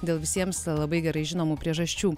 dėl visiems labai gerai žinomų priežasčių